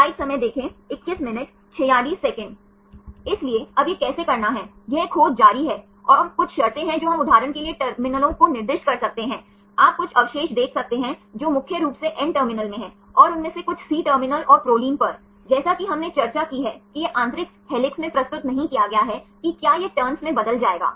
इसलिए अब यह कैसे करना है यह खोज जारी है और कुछ शर्तें हैं जो हम उदाहरण के लिए टर्मिनलों को निर्दिष्ट कर सकते हैं आप कुछ अवशेष देख सकते हैं जो मुख्य रूप से N टर्मिनल में हैं और उनमें से कुछ C टर्मिनल और Proline पर जैसा कि हमने चर्चा की है कि यह आंतरिक हेलिक्स में प्रस्तुत नहीं किया गया है कि क्या यह टर्न्स मैं बदल जाएगा